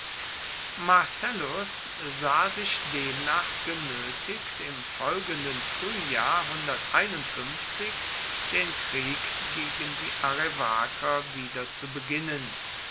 marcellus sah sich demnach genötigt im folgenden frühjahr den krieg gegen die arevaker wieder zu beginnen